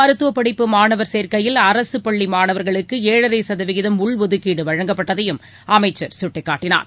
மருத்துவப் படிப்பு மாணவர் சேர்க்கையில் அரசு பள்ளி மாணவர்களுக்கு ஏழரை சதவீதம் உள்ஒதுக்கீடு வழங்கப்பட்டதையும் அமைச்சர் சுட்டிக்காட்டினார்